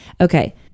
Okay